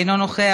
אינו נוכח,